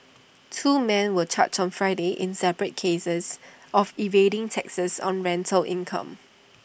two men were charged on Friday in separate cases of evading taxes on rental income